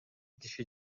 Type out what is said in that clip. киши